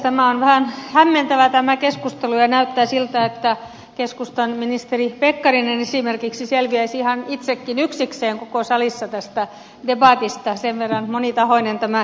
tämä on vähän hämmentävä tämä keskustelu ja näyttää siltä että esimerkiksi keskustan ministeri pekkarinen selviäisi ihan itsekin yksikseen koko salissa tästä debatista sen verran monitahoinen tämä keskustelu on ollut